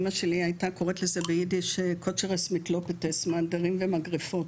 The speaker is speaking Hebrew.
אמא שלי הייתה קוראת לזה באידיש מעדרים ומגרפות,